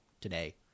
today